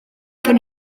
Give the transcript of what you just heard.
gen